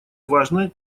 важно